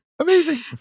amazing